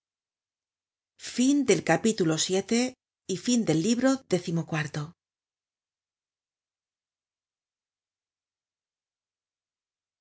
fin del libro